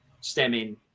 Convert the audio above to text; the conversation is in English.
stemming